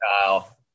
kyle